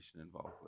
involved